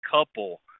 couple